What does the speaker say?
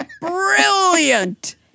brilliant